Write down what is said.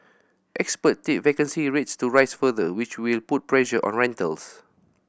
expert tipped vacancy rates to rise further which will put pressure on rentals